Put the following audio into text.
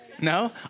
No